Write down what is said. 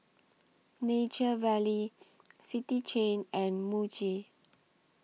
Nature Valley City Chain and Muji